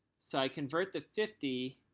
so i convert the fifty